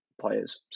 players